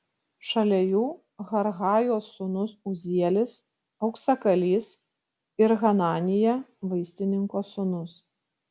šalia jų harhajos sūnus uzielis auksakalys ir hananija vaistininko sūnus